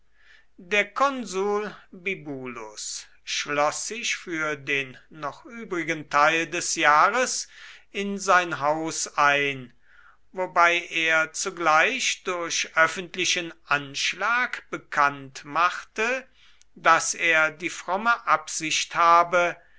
der konsul bibulus schloß sich für den noch übrigen teil des jahres in sein haus ein wobei er zugleich durch öffentlichen anschlag bekannt machte daß er die fromme absicht habe